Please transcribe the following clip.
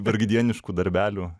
vargdieniškų darbelių